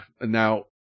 now